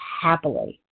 happily